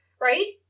right